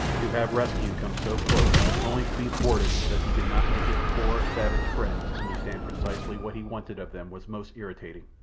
to have rescue come so close only to be thwarted because he could not make his poor, savage friends understand precisely what he wanted of them was most irritating,